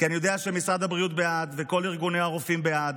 כי אני יודע שמשרד הבריאות וכל ארגוני הרופאים בעד.